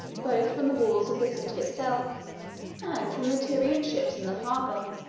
both from the walls of the city itself and from the tyrian ships in the harbor.